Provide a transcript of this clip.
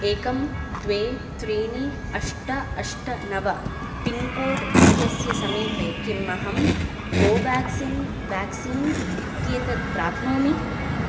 एकं द्वे त्रीणि अष्ट अष्ट नव पिन्कोड् इत्यस्य समीपे किम् अहं कोवाक्सिन् व्याक्सीन् इत्येतत् प्राप्नोमि